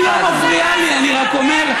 היא לא מפריעה לי, אני רק אומר,